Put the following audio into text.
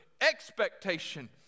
expectation